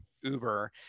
Uber